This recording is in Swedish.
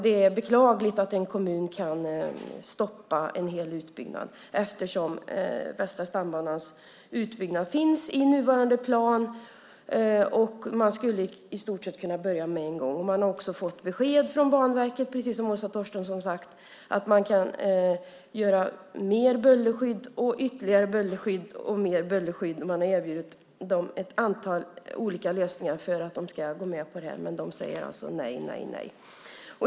Det är beklagligt att en kommun kan stoppa en hel utbyggnad, eftersom Västra stambanans utbyggnad finns i nuvarande plan och man i stort sett skulle kunna börja med en gång. Man har också fått besked från Banverket, precis som Åsa Torstensson sade, att man kan göra ytterligare bullerskydd. Man har erbjudit dem ett antal olika lösningar för att de ska gå med på det här, men de säger alltså nej, nej, nej.